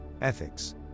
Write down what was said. ethics